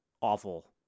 awful